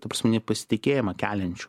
ta prasme nepasitikėjimą keliančių